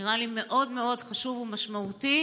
זה נראה לי מאוד חשוב ומשמעותי,